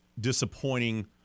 disappointing